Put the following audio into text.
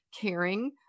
caring